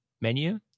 menu